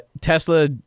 tesla